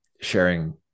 sharing